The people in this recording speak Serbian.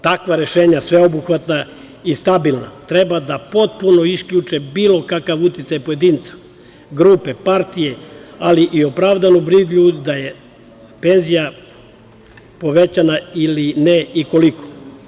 Takva rešenja, sveobuhvatna i stabilna, treba da potpuno isključe bilo kakav uticaj pojedinca, grupe, partije, ali i opravdanu brigu da je penzija povećana ili ne i koliko.